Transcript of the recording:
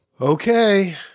Okay